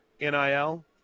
nil